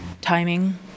timing